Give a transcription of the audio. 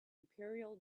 imperial